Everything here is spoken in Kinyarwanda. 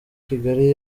kigali